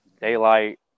daylight